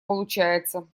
получается